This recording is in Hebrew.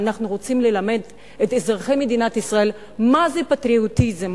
ואנחנו רוצים ללמד את אזרחי מדינת ישראל מה זה פטריוטיזם,